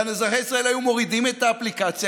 ואזרחי ישראל היו מורידים את האפליקציה,